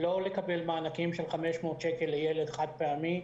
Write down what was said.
לא לקבל ענקים של 500 שקל לילד חד-פעמי,